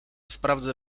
sprawdzę